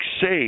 safe